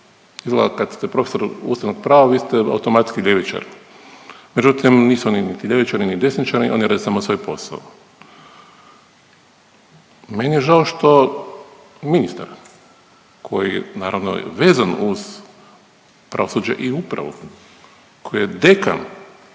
Izgleda kad ste profesor ustavnog prava vi ste automatski ljevičar, međutim nisu oni niti ljevičari niti desničari oni rade samo svoj posao. Meni je žao što ministar koji je naravno vezan uz pravosuđe i upravu, koji je dekan